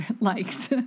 likes